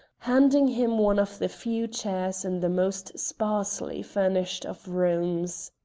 handing him one of the few chairs in the most sparsely furnished of rooms.